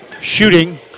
shooting